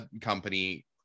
company